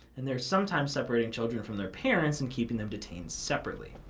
and they are sometimes separating children from their parents and keeping them detained separately.